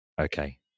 Okay